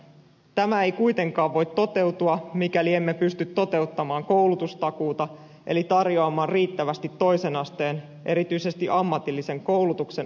tämä ei kuitenkaan voi toteutua mikäli emme pysty toteuttamaan koulutustakuuta eli tarjoamaan riittävästi toisen asteen erityisesti ammatillisen koulutuksen aloituspaikkoja